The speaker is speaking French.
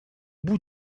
bout